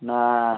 ନା